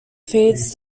feeds